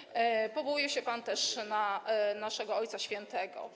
- powołuje się pan też na naszego Ojca Świętego.